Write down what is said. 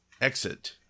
exit